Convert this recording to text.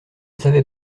savais